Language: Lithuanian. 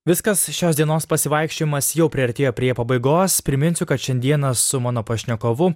viskas šios dienos pasivaikščiojimas jau priartėjo prie pabaigos priminsiu kad šiandieną su mano pašnekovu